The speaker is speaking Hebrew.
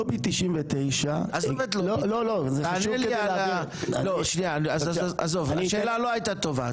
לובי 99 --- עזוב את לובי 99. השאלה לא הייתה טובה.